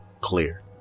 clear